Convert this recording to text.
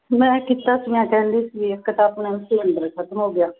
ਮੈਂ ਕੀਤਾ ਸੀ ਮੈਂ ਕਹਿੰਦੀ ਸੀ ਵੀ ਇੱਕ ਤਾਂ ਆਪਣਾ ਸਿਲੰਡਰ ਖਤਮ ਹੋ ਗਿਆ